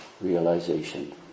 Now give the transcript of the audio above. realization